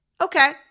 okay